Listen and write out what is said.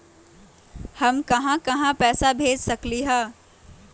हम कहां कहां पैसा भेज सकली ह?